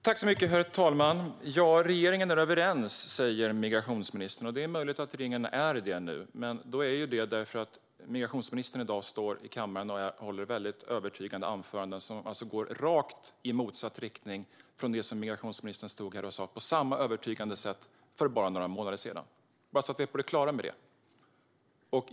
Herr talman! Regeringen är överens, säger migrationsministern. Det är möjligt att regeringen är det nu. Men då är man det därför att migrationsministern i dag står i kammaren och håller mycket övertygande anföranden som går i rakt motsatt riktning från det som hon sa på samma övertygande sätt för bara några månader sedan. Jag säger detta bara för att vi ska vara på det klara med det.